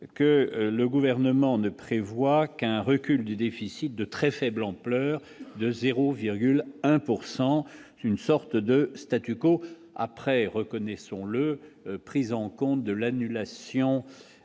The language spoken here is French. que le gouvernement ne prévoit qu'un recul du déficit de très faible ampleur de 0,1 pourcent une sorte de statu quo après, reconnaissons-le, prise en compte de l'annulation